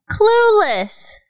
Clueless